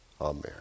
Amen